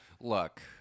Look